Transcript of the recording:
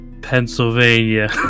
Pennsylvania